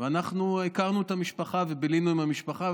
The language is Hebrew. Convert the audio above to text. ואנחנו הכרנו את המשפחה ובילינו עם המשפחה,